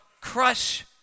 crush